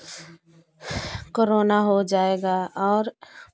corona हो जाएगा और